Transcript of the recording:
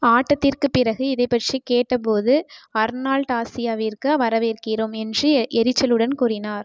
ஆட்டத்திற்குப் பிறகு இதைப் பற்றி கேட்டபோது அர்னால்ட் ஆசியாவிற்கு வரவேற்கிறோம் என்று எரிச்சலுடன் கூறினார்